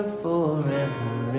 forever